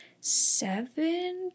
seven